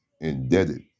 indebted